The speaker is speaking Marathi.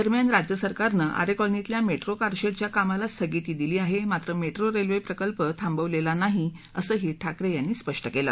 दरम्यान राज्य सरकारनं आरे कॉलनीतल्या मेट्रो कारशेडच्या कामाला स्थगिती दिली आहे मात्र मेट्रो रेल्वे प्रकल्प थांबवलेला नाही असंही ठाकरे यांनी स्पष्ट केलं